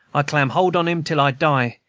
i'll clam hold on him till i die,